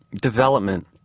development